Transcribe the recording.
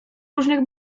różnych